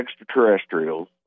extraterrestrials